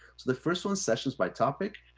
so the first one's sessions by topic,